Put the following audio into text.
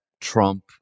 Trump